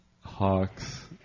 hawks